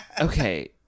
Okay